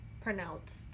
pronounced